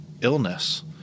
illness